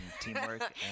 teamwork